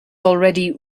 already